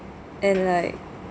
and like